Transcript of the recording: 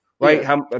right